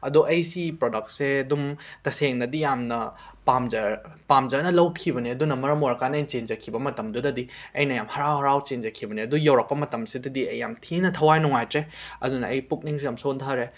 ꯑꯗꯣ ꯑꯩ ꯁꯤ ꯄꯔꯗꯛꯁꯦ ꯑꯗꯨꯝ ꯇꯁꯦꯡꯅꯗꯤ ꯌꯥꯝꯅ ꯄꯥꯝꯖꯔ ꯄꯥꯝꯖꯅ ꯂꯧꯈꯤꯕꯅꯤ ꯑꯗꯨꯅ ꯃꯔꯝ ꯑꯣꯏꯔꯀꯥꯟꯗ ꯑꯩꯅ ꯆꯦꯟꯖꯈꯤꯕ ꯃꯇꯝꯗꯨꯗꯗꯤ ꯑꯩꯅ ꯌꯥꯝꯅ ꯍꯔꯥꯎ ꯍꯔꯥꯎ ꯆꯦꯟꯖꯈꯤꯕꯅꯤ ꯑꯗꯣ ꯌꯧꯔꯛꯄ ꯃꯇꯝꯁꯤꯗꯗꯤ ꯑꯩ ꯌꯥꯝꯅ ꯊꯤꯅ ꯊꯋꯥꯏ ꯅꯨꯡꯉꯥꯏꯇ꯭ꯔꯦ ꯑꯗꯨꯅ ꯑꯩ ꯄꯨꯛꯅꯤꯡꯁꯨ ꯌꯥꯝ ꯁꯣꯟꯊꯔꯦ